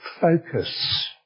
focus